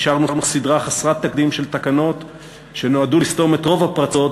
אישרנו סדרה חסרת תקדים של תקנות שנועדו לסתום את רוב הפרצות